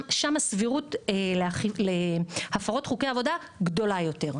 הסבירות להפרות חוקי עבודה גדולה יותר.